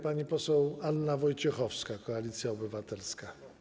Pani poseł Anna Wojciechowska, Koalicja Obywatelska.